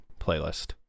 playlist